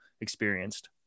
experienced